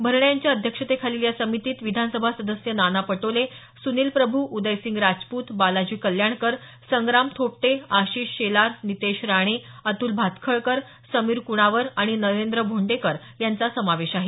भरणे यांच्या अध्यक्षतेखालील या समितीत विधानसभा सदस्य नाना पटोले सुनील प्रभू उदयसिंग राजपूत बालाजी कल्याणकर संग्राम थोपटे आशिष शेलार नितेश राणे अतुल भातखळकर समीर क्णावर आणि नरेंद्र भोंडेकर यांचा समावेश आहे